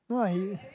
no ah he